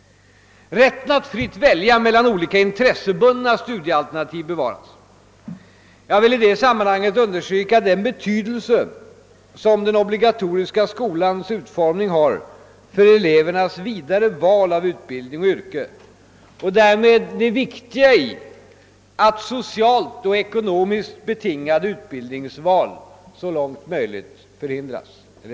Rätten att fritt välja mellan olika intressebundna studiealternativ beva TAS. Jag vill i det sammanhanget understryka den betydelse som den obliga toriska skolans utformning har för elevernas vidare val av utbildning och yrke och därmed det viktiga i att socialt och ekonomiskt betingade utbildningsval så långt som möjligt elimineras.